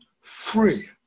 free